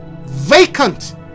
vacant